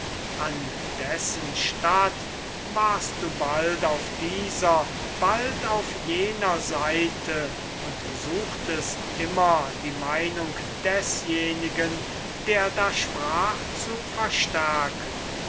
an dessen statt warst du bald auf dieser bald auf jener seite und suchtest immer die meinung desjenigen der da sprach zu verstärken